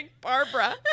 Barbara